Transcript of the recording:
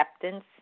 acceptance